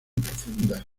profundas